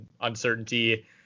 uncertainty